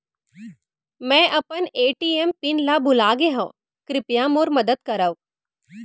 मै अपन ATM PIN ला भूलागे हव, कृपया मोर मदद करव